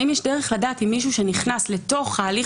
האם יש דרך לדעת אם מישהו שנכנס לתוך ההליך